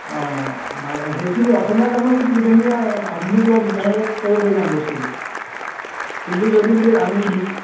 অঁ বাৰ সেইখিনি অসমীয়া গানত যদি গোটেইখিনি আধুনিক লওঁ তেতিয়াহ'লে কৰিব পাৰি যাম বস্তুটো কিন্তু যদি বোলে আমি হি